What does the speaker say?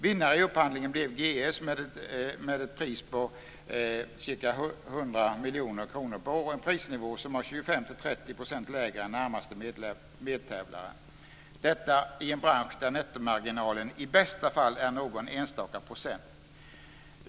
Vinnare i upphandlingen blev GS med ett pris på ca 100 miljoner kronor per år, en prisnivå som var 25-30 % lägre än närmaste medtävlare - detta i en bransch där nettomarginalen i bästa fall är någon enstaka procent.